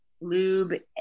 lube